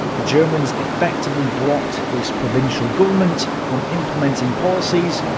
the germans effectively blocked this provisional government from implementing policies,